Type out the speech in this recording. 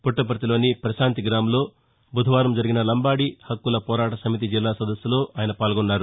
పుట్టపర్తి లోని పశాంతిగామ్లో బుధవారం జరిగిన లంబాది హక్కుల పోరాట సమితి జిల్లా సదస్సు సదస్సులో ఆయన పాల్గొన్నారు